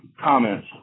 comments